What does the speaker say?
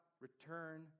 return